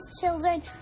children